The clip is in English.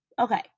okay